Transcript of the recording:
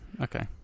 Okay